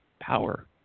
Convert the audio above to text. power